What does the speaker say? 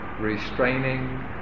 restraining